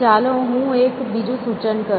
ચાલો હું એક બીજું સૂચન કરું